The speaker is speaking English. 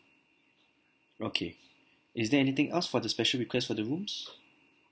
okay is there anything else for the special request for the rooms